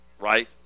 right